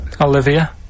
Olivia